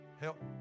help